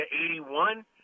81